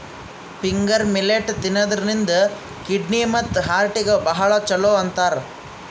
finger millet ತಿನ್ನದ್ರಿನ್ದ kidney ಮತ್ತ್ ಹಾರ್ಟಿಗ್ ಭಾಳ್ ಛಲೋ ಅಂತಾರ್